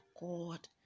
God